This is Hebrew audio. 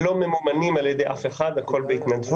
לא ממומנים על ידי אף אחד והכול בהתנדבות.